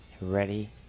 ready